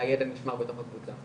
הידע נשמר בתוך הקבוצה.